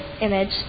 image